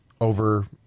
over